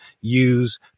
use